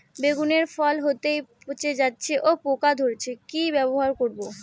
বেগুনের ফল হতেই পচে যাচ্ছে ও পোকা ধরছে কি ব্যবহার করব?